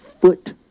foot